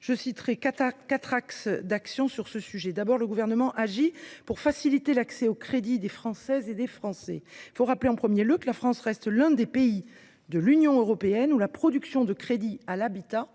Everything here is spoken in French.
Je citerai quatre axes d’action sur le sujet. D’abord, le Gouvernement agit pour faciliter l’accès au crédit des Françaises et des Français. Il faut rappeler que la France reste l’un des pays de l’Union européenne où la production de crédits à l’habitat